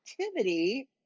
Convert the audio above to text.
activity